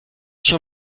schon